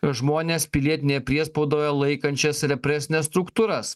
žmones pilietinėje priespaudoje laikančias represines struktūras